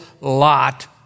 lot